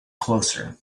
closer